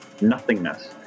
nothingness